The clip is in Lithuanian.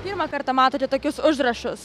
pirmą kartą matote tokius užrašus